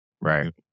right